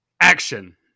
action